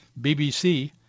BBC